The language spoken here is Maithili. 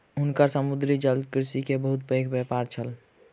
हुनकर समुद्री जलकृषि के बहुत पैघ व्यापार छल